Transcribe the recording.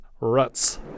ruts